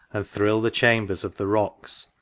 and thrill the chambers of the rocks,